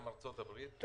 גם ארצות הברית,